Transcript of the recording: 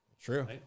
True